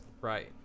Right